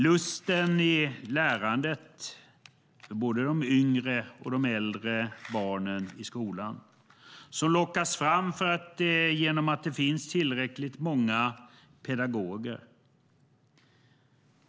Lusten i lärandet för både de yngre och äldre barnen i skolan lockas fram genom att det finns tillräckligt många pedagoger.